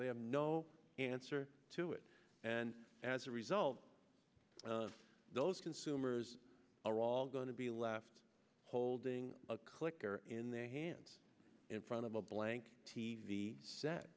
have no answer to it and as a result those consumers are all going to be left holding a clicker in their hands in front of a blank t v set